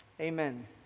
Amen